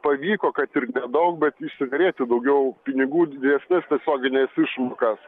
pavyko kad ir daug bet išsiderėti daugiau pinigų didesnes tiesiogines išmokas